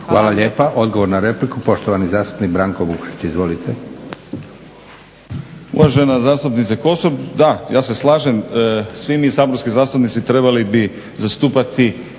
Hvala lijepa. Odgovor na repliku, poštovani zastupnik Branko Vukšić. Izvolite.